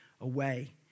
away